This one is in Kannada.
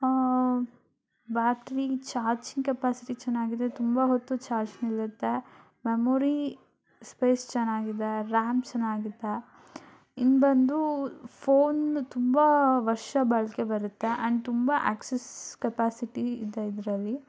ಬ್ಯಾಟ್ರಿ ಚಾರ್ಜಿಂಗ್ ಕೆಪ್ಯಾಸಿಟಿ ಚೆನ್ನಾಗಿದೆ ತುಂಬ ಹೊತ್ತು ಚಾರ್ಜ್ ನಿಲ್ಲುತ್ತೆ ಮೆಮೊರಿ ಸ್ಪೇಸ್ ಚೆನ್ನಾಗಿದೆ ರ್ಯಾಮ್ ಚೆನ್ನಾಗಿದೆ ಇನ್ನು ಬಂದು ಫೋನ್ ತುಂಬ ವರ್ಷ ಬಾಳಿಕೆ ಬರುತ್ತೆ ಆ್ಯಂಡ್ ತುಂಬ ಆ್ಯಕ್ಸೆಸ್ ಕೆಪ್ಯಾಸಿಟಿ ಇದೆ ಇದರಲ್ಲಿ